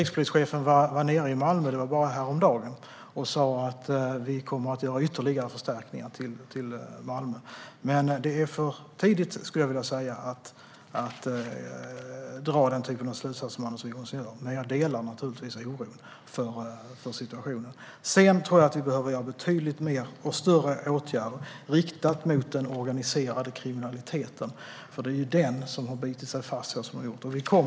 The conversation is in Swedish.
Rikspolischefen var nere i Malmö häromdagen och sa då att de kommer att göra ytterligare förstärkningar där. Det är dock för tidigt att dra sådana slutsatser som Anders W Jonsson gör, men jag delar naturligtvis oron för situationen. Vi behöver göra betydligt mer och vidta större åtgärder riktade mot den organiserade kriminaliteten. Det är den som har bitit sig fast.